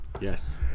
Yes